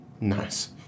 nice